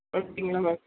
அப்படிங்களா மேம்